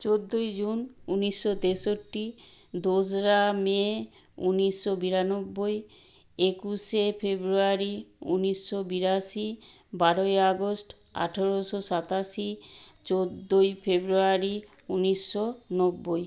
চোদ্দোই জুন উনিশশো তেষট্টি দোসরা মে উনিশশো বিরানব্বই একুশে ফেব্রুয়ারি উনিশশো বিরাশি বারোই আগস্ট আঠেরোশো সাতাশি চোদ্দোই ফেব্রুয়ারি উনিশশো নব্বই